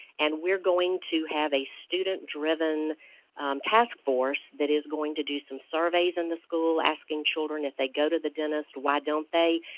and we're going to have a student driven task force that is going to do some surveys in the school asking children if they go to the dentist, why don't they.